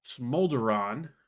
Smolderon